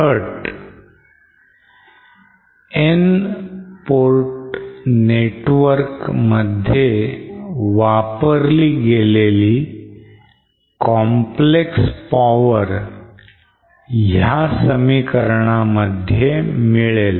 N port network मध्ये वापरली गेलेली complex power ह्या समीकरणाप्रमाणे मिळेल